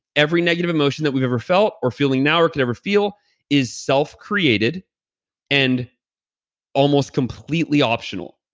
every negative emotion that you've ever felt or feeling now or could ever feel is self created and almost completely optional.